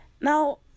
Now